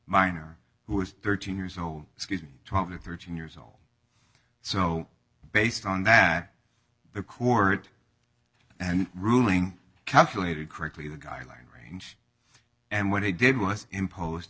minor who is thirteen years old excuse me twelve or thirteen years old so based on that record and ruling calculated correctly the guideline range and what he did was imposed